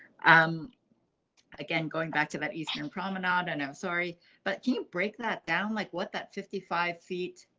um again, going back to that eastern prominent. i know. sorry but can you break that down? like, what? that fifty five feet.